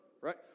right